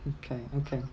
okay okay